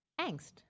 angst